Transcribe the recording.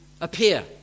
appear